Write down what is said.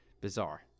bizarre